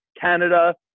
Canada